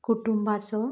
कुटुंबाचो